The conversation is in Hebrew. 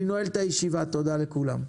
אני נועל את הישיבה, תודה לכולם.